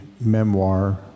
memoir